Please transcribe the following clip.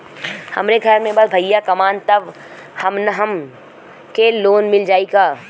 हमरे घर में बस भईया कमान तब हमहन के लोन मिल जाई का?